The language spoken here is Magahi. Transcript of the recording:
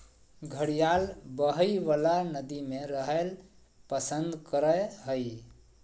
घड़ियाल बहइ वला नदि में रहैल पसंद करय हइ